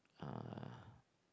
uh